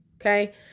Okay